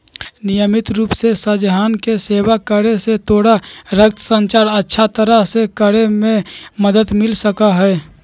नियमित रूप से सहजन के सेवन करे से तोरा रक्त संचार अच्छा तरह से करे में मदद मिल सका हई